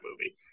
movie